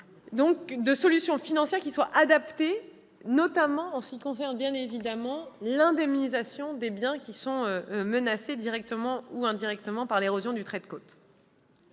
-de solutions financières adaptées, notamment en ce qui concerne la question de l'indemnisation des biens menacés directement ou indirectement par l'érosion du trait de côte.